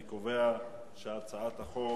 אני קובע שהצעת החוק